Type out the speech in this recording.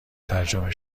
ترجمه